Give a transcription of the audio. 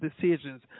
decisions